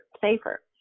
safer